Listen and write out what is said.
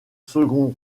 second